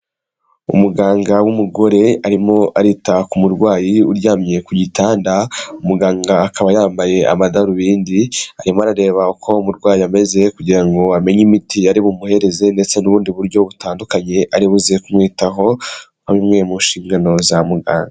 Umuganga w'umugore, arimo arita ku murwayi uryamye ku gitanda, umuganga akaba yambaye amadarubindi, arimo arareba uko umurwayi ameze, kugira ngo amenye imiti ari bumuhereze, ndetse n'ubundi buryo butandukanye ari buze kumwitaho, nka bimwe mu nshingano za muganga.